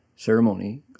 ceremony